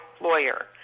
lawyer